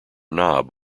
knob